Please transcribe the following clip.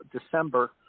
December